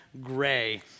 Gray